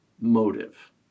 motive